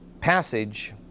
passage